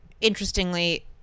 interestingly